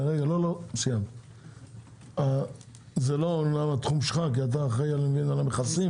זה אמנם לא התחום שלך כי אתה אחראי על המכסים,